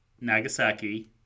Nagasaki